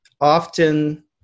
often